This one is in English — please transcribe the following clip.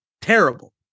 terrible